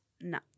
No